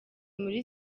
muri